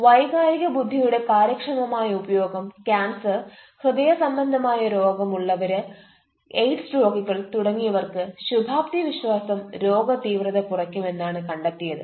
വൈകാരിക ബുദ്ധിയുടെ കാര്യക്ഷമായ ഉപയോഗം ക്യാൻസർ ഹൃദയ സംബന്ധമായ രോഗം ഉള്ളവര് എയ്ഡ്സ് രോഗികൾ തുടങ്ങിയവർക്ക് ശുഭാപ്തി വിശ്വാസം രോഗതീവ്രത കുറയ്ക്കും എന്നാണ് കണ്ടെത്തിയത്